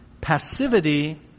Passivity